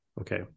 okay